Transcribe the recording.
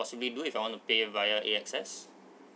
possibly do if I want to pay via AXS